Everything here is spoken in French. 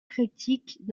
critiques